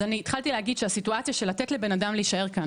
אז התחלתי להגיד שהסיטואציה של לתת לבן אדם להישאר כאן